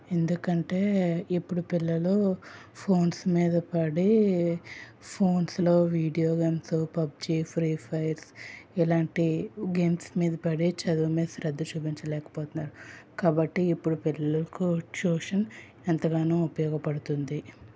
ఎందుకంటే ఇప్పుడు పిల్లలు ఫోన్స్ మీదపడి ఫోన్స్లో video games PUBG Free Fire ఇలాంటి గేమ్స్ మీద పడి చదువు మీద శ్రద్ధ చూపించలేకపోతున్నారు కాబట్టి ఇప్పుడు పిల్లలకు ట్యూషన్ ఎంతగానో ఉపయోగపడుతుంది